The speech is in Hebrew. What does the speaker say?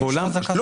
רגע.